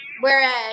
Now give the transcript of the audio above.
whereas